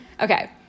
Okay